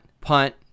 punt